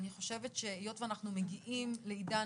אני חושבת שהיות שאנחנו מגיעים לעידן